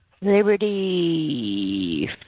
Liberty